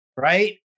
Right